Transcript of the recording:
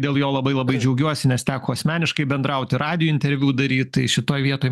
dėl jo labai labai džiaugiuosi nes teko asmeniškai bendrauti radijo interviu daryt tai šitoj vietoj